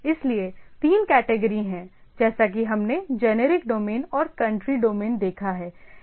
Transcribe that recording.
इसलिए तीन कैटेगरी हैं जैसा कि हमने जेनेरिक डोमेन और कंट्री डोमेन देखा है